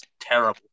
terrible